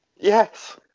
Yes